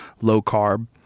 low-carb